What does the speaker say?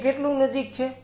તે કેટલું નજીક છે